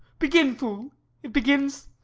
begin, fool it begins,